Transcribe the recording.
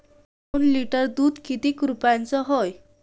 दोन लिटर दुध किती रुप्याचं हाये?